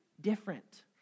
different